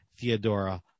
Theodora